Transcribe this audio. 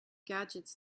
gadgets